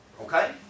Okay